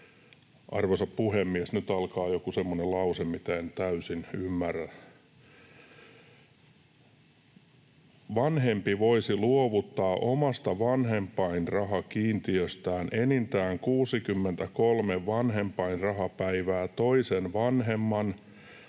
Arvoisa puhemies, nyt alkaa joku semmoinen lause, mitä en täysin ymmärrä: ”Vanhempi voisi luovuttaa omasta vanhempainrahakiintiöstään enintään 63 vanhempainrahapäivää toisen vanhemman,